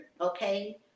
Okay